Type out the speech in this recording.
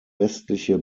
westliche